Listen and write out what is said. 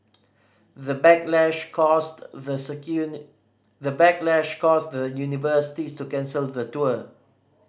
the backlash caused the the the backlash caused the universities to cancel the tour